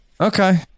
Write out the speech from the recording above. okay